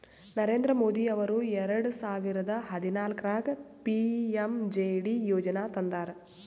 ನರೇಂದ್ರ ಮೋದಿ ಅವರು ಎರೆಡ ಸಾವಿರದ ಹದನಾಲ್ಕರಾಗ ಪಿ.ಎಮ್.ಜೆ.ಡಿ ಯೋಜನಾ ತಂದಾರ